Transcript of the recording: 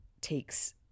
takes